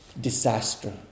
disaster